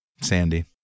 Sandy